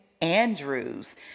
Andrews